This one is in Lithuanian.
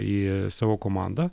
į savo komandą